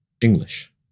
English